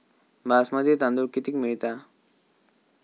बासमती तांदूळ कितीक मिळता?